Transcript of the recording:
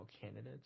candidates